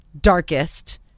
darkest